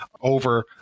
over